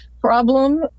problem